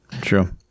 true